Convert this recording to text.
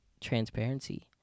transparency